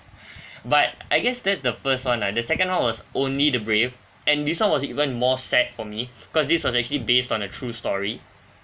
but I guess that's the first [one] ah the second [one] was only the brave and this [one] was even more sad for me because this was actually based on a true story